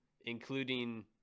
including